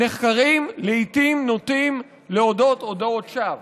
נחקרים לעיתים נוטים להודות הודאות שווא.